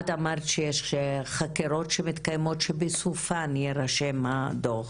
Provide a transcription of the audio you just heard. את אמרת שיש חקירות שמתקיימות שבסופן יירשם הדוח.